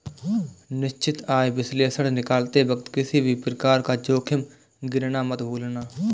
निश्चित आय विश्लेषण निकालते वक्त किसी भी प्रकार का जोखिम गिनना मत भूलना